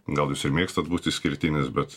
gal jūs ir mėgstat būt išskirtinis bet